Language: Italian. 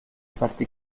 farti